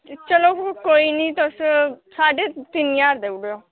चलो कोई निं तुस साड्ढे तिन्न ज्हार देई ओड़ेओ